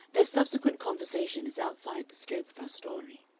their subsequent conversation is outside the scope of our story.